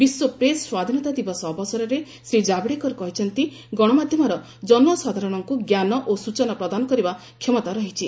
ବିଶ୍ୱ ପ୍ରେସ୍ ସ୍ୱାଧୀନତା ଦିବସ ଅବସରରେ ଶ୍ରୀ ଜାବ୍ଡେକର କହିଛନ୍ତି ଗଣମାଧ୍ୟମର ଜନସାଧାରଣଙ୍କୁ ଜ୍ଞାନ ଓ ସ୍କୃଚନା ପ୍ରଦାନ କରିବା କ୍ଷମତା ରହିଛି